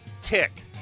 tick